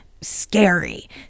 scary